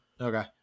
Okay